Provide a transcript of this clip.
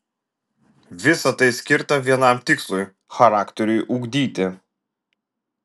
visa tai skirta vienam tikslui charakteriui ugdyti